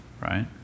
right